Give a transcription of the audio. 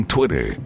Twitter